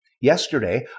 Yesterday